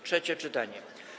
Trzecie czytanie.